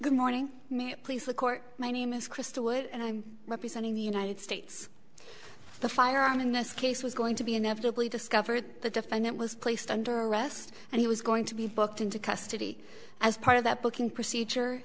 please the court my name is crystal wood and i'm representing the united states the firearm in this case was going to be inevitably discovered the defendant was placed under arrest and he was going to be booked into custody as part of that booking procedure